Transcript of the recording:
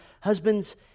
husbands